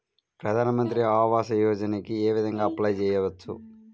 ప్రధాన మంత్రి ఆవాసయోజనకి ఏ విధంగా అప్లే చెయ్యవచ్చు?